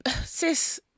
sis